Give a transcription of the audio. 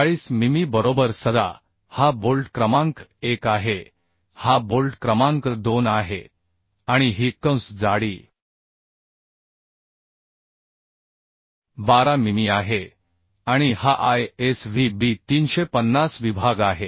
40 मिमी बरोबर समजा हा बोल्ट क्रमांक 1 आहे हा बोल्ट क्रमांक 2 आहे आणि ही कंस जाडी 12 मिमी आहे आणि हा ISWB 350 विभाग आहे